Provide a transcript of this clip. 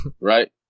right